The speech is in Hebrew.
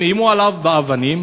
הם איימו עליו באבנים